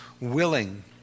willing